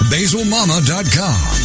BasilMama.com